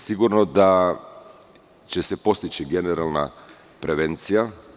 Sigurno da će se postići generalna prevencija.